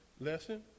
lesson